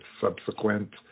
subsequent